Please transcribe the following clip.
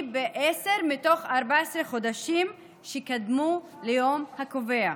ב-10 מתוך 14 החודשים שקדמו ליום הקובע.